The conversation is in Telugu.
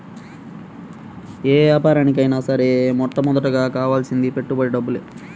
యే యాపారానికైనా సరే మొట్టమొదటగా కావాల్సింది పెట్టుబడి డబ్బులే